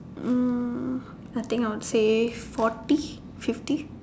um I think I would say forty fifty